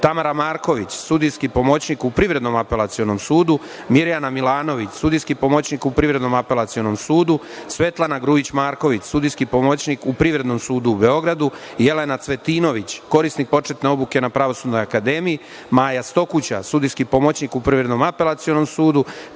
Tamara Marković, sudijski pomoćnik u Privrednom apelacionom sudu, Mirjana Milanović, sudijski pomoćnik u Privrednom apelacionom sudu, Svetlana Grujić Marković, sudijski pomoćnik u Privrednom sudu u Beogradu, Jelena Cvetinović, korisnik početne obuke na Pravosudnoj akademiji, Maja Stokuća, sudijski pomoćnik u Privrednom apelacionom sudu,